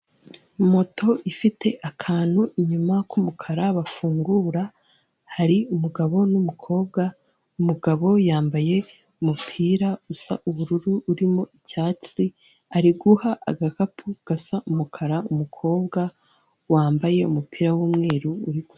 Moto ifite akantu inyuma k'umukara bafungura, hari umugabo n'umukobwa, umugabo yambaye umupira usa ubururu urimo icyatsi ari guha agakapu gasa umukara umukobwa wambaye umupira w'umweru.